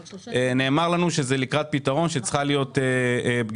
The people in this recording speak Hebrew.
נאמר לנו שזה לקראת פתרון וצריכה להיות פגישה.